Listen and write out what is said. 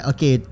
Okay